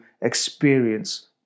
experience